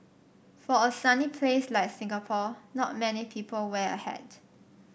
for a sunny place like Singapore not many people wear a hat